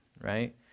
right